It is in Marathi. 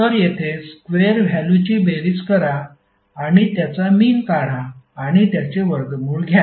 तर येथे स्क्वेअर व्हॅल्युची बेरीज करा आणि त्याचा मिन काढा आणि त्याचे वर्गमूळ घ्या